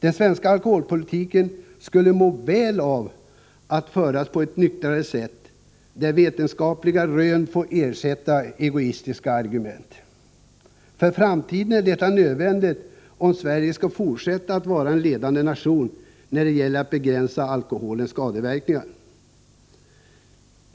Den svenska alkoholpolitiken skulle må väl av att föras på ett nyktrare sätt, där vetenskapliga rön får ersätta egoistiska argument. För framtiden är detta nödvändigt om vi skall fortsätta att vara en ledande nation när det gäller att begränsa alkoholens skadeverkningar.